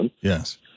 Yes